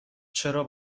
چرا